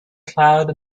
cloud